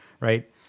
right